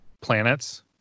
planets